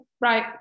right